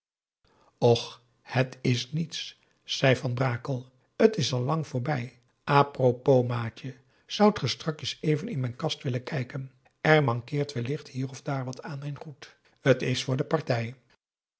och het is niets zei van brakel t is al lang voorbij apropos maatje zoudt ge strakjes even in mijn kast willen kijken er mankeert wellicht hier of daar wat aan mijn goed t is voor de partij